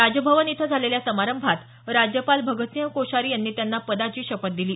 राजभवन इथं झालेल्या समारंभात राज्यपाल भगतसिंह कोश्यारी यांनी त्यांना पदाची शपथ दिली